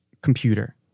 computer